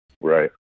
Right